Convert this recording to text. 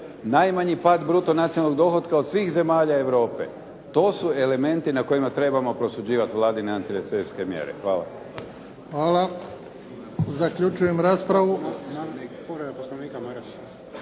Najmanji pad bruto nacionalnog dohotka od svih zemalja Europe. To su elementi na kojima trebamo prosuđivati vladine antirecesijske mjere. Hvala. **Bebić, Luka (HDZ)** Hvala. Zaključujem raspravu.